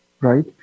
right